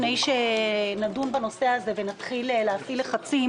לפני שנדון בנושא הזה ונתחיל להפעיל לחצים